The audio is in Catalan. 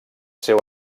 seu